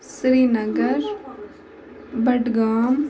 Srinagar Budgam